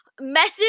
message